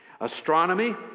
Astronomy